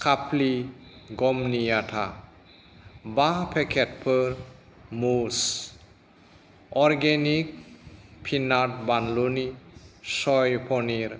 खाप्लि गमनि आटा बा पेकेटफोर मुज अरगेनिक पिनाट बानलुनि सय पनिर